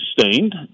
sustained